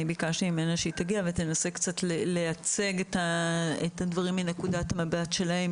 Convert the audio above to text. אני ביקשתי ממנה שתגיע ותנסה קצת לייצג את הדברים מנקודת המבט שלהם.